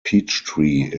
peachtree